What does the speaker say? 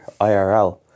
IRL